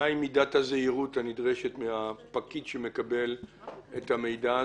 מהי מידת הזהירות הנדרשת מהפקיד שמקבל את המידע הזה?